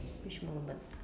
which moment